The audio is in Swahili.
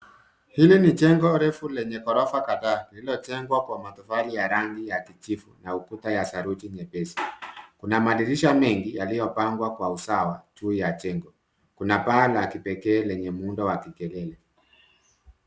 Hili ni jengo refu lenye ghorofa kadhaa lililojengwa kwa matofali ya rangi ya kijivu na ukuta ya saruji nyepesi. Kuna madirisha mengi yaliyopangwa kwa usawa juu ya jengo. Kuna paa la kipekee lenye muundo wa kikelele.